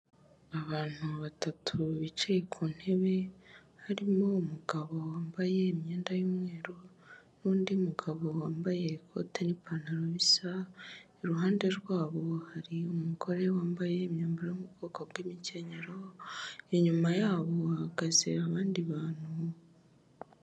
Abantu batatu bicaye ku ntebe harimo umugabo wambaye imyenda y'umweru n'undi mugabo wambaye ikoti n'ipantaro bisa, iruhande rw'abo hari umugore wambaye imyambaro yo mu bwoko bw'imikenyero, inyuma y'abo hahagaze abandi bantu.